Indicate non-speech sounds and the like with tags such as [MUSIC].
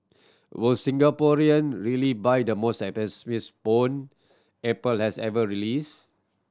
will Singaporean really buy the most [UNINTELLIGIBLE] bone Apple has ever released